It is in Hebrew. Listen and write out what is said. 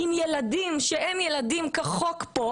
הילדים נמצאים פה כחוק,